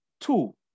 Two